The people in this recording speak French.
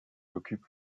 occupe